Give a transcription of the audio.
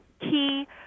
key